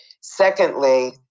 Secondly